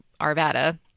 arvada